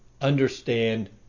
understand